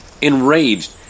Enraged